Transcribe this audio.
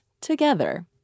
together